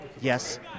yes